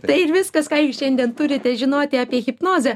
tai ir viskas ką jūs šiandien turite žinoti apie hipnozę